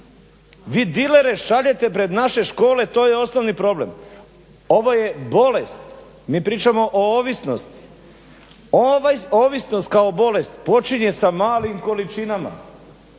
Vi dilere šaljete pred naše škole, to je osnovni problem. Ovo je bolest, mi pričamo o ovisnosti, ovisnost kao bolest počinje sa malim količinama,